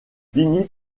finit